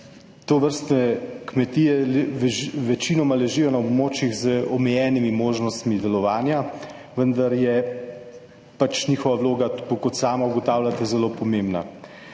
Tovrstne kmetije namreč večinoma ležijo na območjih z omejenimi možnostmi delovanja, vendar je njihova vloga, tako kot sami ugotavljate, zelo pomembna.